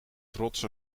trots